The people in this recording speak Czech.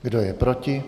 Kdo je proti?